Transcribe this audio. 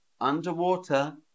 underwater